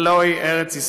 הלוא היא ארץ-ישראל.